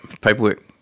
paperwork